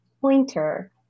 pointer